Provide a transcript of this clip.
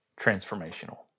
transformational